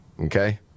okay